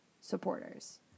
supporters